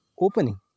opening